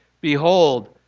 Behold